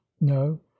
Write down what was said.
no